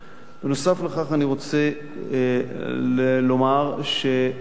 בנוסף לכך אני רוצה לומר שנעשתה,